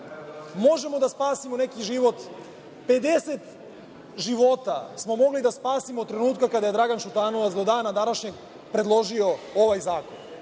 Možemo da spasimo neki život. Pedeset života smo mogli da spasimo od trenutka kada je Dragan Šutanovac do dana današnjeg predložio ovaj zakon.